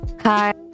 hi